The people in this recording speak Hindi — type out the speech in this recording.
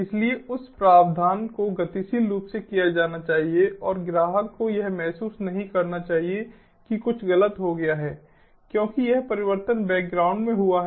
इसलिए उस प्रावधान को गतिशील रूप से किया जाना चाहिए और ग्राहक को यह महसूस नहीं करना चाहिए कि कुछ गलत हो गया है क्योंकि यह परिवर्तन बैकग्राउंड में हुआ है